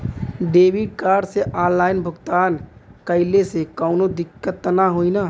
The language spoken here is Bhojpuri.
डेबिट कार्ड से ऑनलाइन भुगतान कइले से काउनो दिक्कत ना होई न?